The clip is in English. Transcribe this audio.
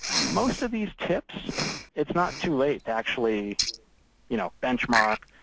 most of these tips it's not too late to actually you know benchmark,